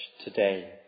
today